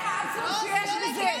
זה האבסורד שיש בזה.